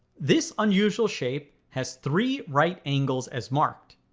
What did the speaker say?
this unusual shape has three right angles as marked.